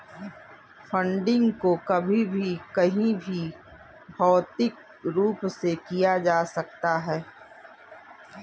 funding को कभी भी कहीं भी भौतिक रूप से किया जा सकता है